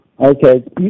okay